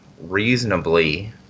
reasonably